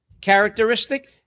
characteristic